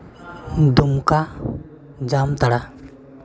Dumka Jamtara